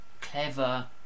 clever